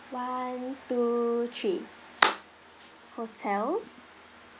one two three hotel